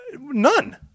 None